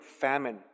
famine